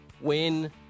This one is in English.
win